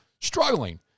struggling